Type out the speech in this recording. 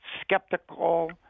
skeptical